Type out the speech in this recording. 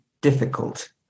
difficult